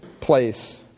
place